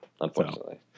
Unfortunately